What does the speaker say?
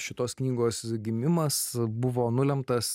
šitos knygos gimimas buvo nulemtas